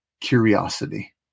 curiosity